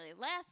last